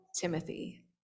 Timothy